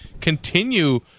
continue